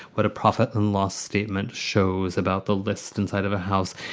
but a profit and loss statement shows about the list inside of a house.